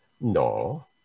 no